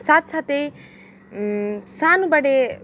साथ साथै सानोबडे